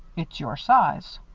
it's your size.